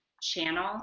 channel